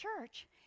church